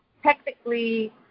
Technically